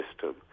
system